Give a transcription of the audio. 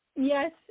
Yes